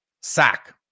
sack